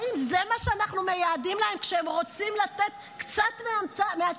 האם זה מה שאנחנו מייעדים להם כשהם רוצים לתת קצת מעצמם?